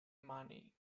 money